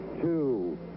two